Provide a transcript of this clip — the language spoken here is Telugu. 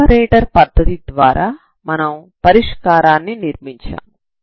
ఆపరేటర్ పద్ధతి ద్వారా మనం పరిష్కారాన్ని నిర్మించాము